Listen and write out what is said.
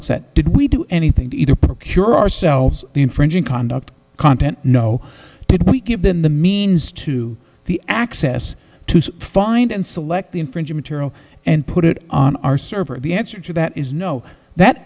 at did we do anything to either procure ourselves infringing conduct content no did we give them the means to the access to find and select the infringing material and put it on our server the answer to that is no that